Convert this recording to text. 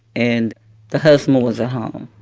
and the husband was at home.